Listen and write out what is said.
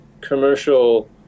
commercial